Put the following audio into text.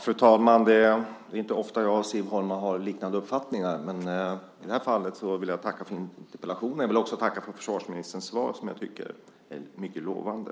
Fru talman! Det är inte ofta jag och Siv Holma har liknande uppfattningar, men i det här fallet vill jag tacka för interpellationen. Jag vill också tacka för försvarsministerns svar, som jag tycker är mycket lovande.